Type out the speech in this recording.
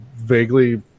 vaguely